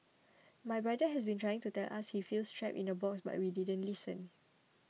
my brother has been trying to tell us he feels trapped in a box but we didn't listen